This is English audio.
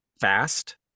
fast